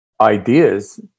ideas